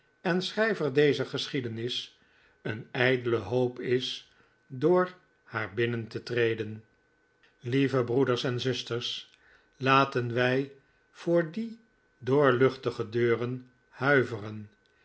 en schrijver dezer geschiedenis een ijdele hoop is door haar binnen te treden lieve breeders en zusters laten wij voor die doorluchtige deuren huiveren